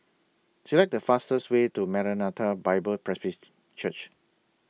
Select The fastest Way to Maranatha Bible Presby Church